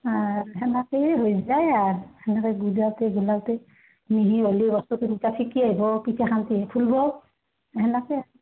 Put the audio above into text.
হা সেনেকেই হৈ যায় আৰ সেনেকেই গুলোতে গুলোতেই মিহি হ'লে বস্তুখিনি তাত পিঠাখন ফুলিব সেনেকৈ আৰু